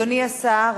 אדוני השר,